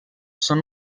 són